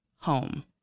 home